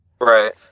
Right